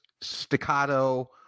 staccato